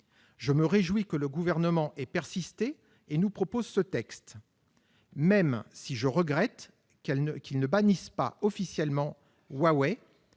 Je me réjouis que le Gouvernement ait persisté en nous proposant ce texte, même si je regrette qu'il ne bannisse pas officiellement Huawei,